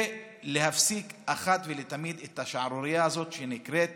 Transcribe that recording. ולהפסיק אחת ולתמיד את השערורייה הזאת שנקראת